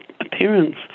appearance